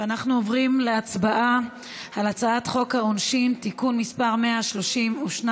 אנחנו עוברים להצבעה על הצעת חוק העונשין (תיקון מס' 132),